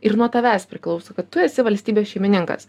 ir nuo tavęs priklauso kad tu esi valstybės šeimininkas